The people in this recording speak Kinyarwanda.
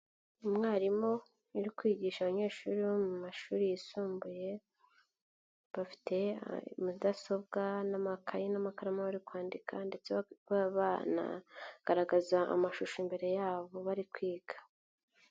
Umwarimu uri kwigisha abanyeshuri bo mu mashuri yisumbuye, bafite mudasobwa n'amakayi n'amakaramu bari kwandika ndetse bakaba banagaragaza amashusho imbere yabo bari kwiga.